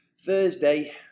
Thursday